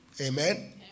Amen